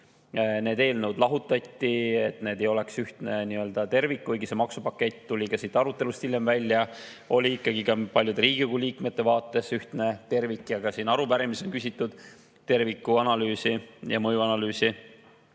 Need eelnõud lahutati, et need ei oleks ühtne tervik, kuigi see maksupakett – nagu tuli siit arutelust hiljem välja – oli ikkagi ka paljude Riigikogu liikmete vaates ühtne tervik. Ka siin arupärimises on küsitud terviku analüüsi ja mõjuanalüüsi.